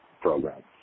program